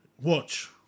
watch